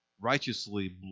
righteously